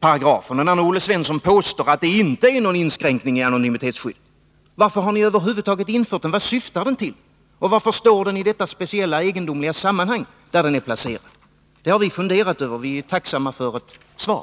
paragrafen och när Olle Svensson påstår att det inte är någon inskränkning i anonymitetsskyddet, varför har ni då över huvud taget infört den? Vad syftar den till? Varför står den i detta egendomliga sammanhang? Det har vi funderat över, och vi är tacksamma för ett svar.